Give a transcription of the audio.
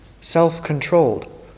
self-controlled